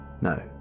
No